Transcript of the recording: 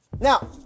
Now